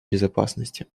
безопасности